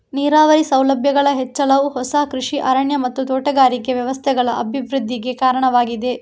ನೀರಾವರಿ ಸೌಲಭ್ಯಗಳ ಹೆಚ್ಚಳವು ಹೊಸ ಕೃಷಿ ಅರಣ್ಯ ಮತ್ತು ತೋಟಗಾರಿಕೆ ವ್ಯವಸ್ಥೆಗಳ ಅಭಿವೃದ್ಧಿಗೆ ಕಾರಣವಾಗಿದೆ